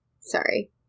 Sorry